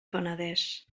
penedès